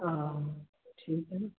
हाँ ठीक है